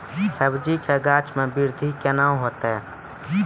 सब्जी के गाछ मे बृद्धि कैना होतै?